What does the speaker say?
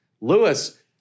Lewis